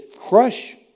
crush